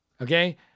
Okay